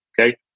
okay